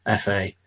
FA